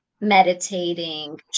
meditating